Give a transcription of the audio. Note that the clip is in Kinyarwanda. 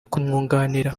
kumwunganira